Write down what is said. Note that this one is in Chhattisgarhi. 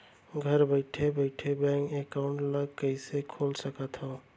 घर बइठे बइठे बैंक एकाउंट ल कइसे खोल सकथे?